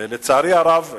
לצערי הרב,